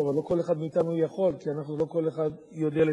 כאלה ואחרים,